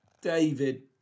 David